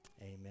Amen